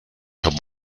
have